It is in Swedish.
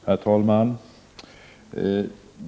Herr talman!